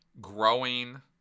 growing